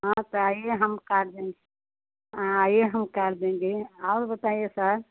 हाँ तो आइए हम काट देंगे हाँ आइए हम काट देंगे है और बताइए सर